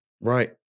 Right